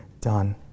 done